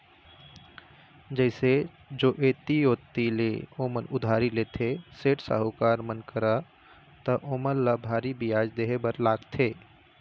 जइसे जो ऐती ओती ले ओमन उधारी लेथे, सेठ, साहूकार मन करा त ओमन ल भारी बियाज देहे बर लागथे